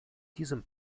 diesem